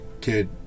kid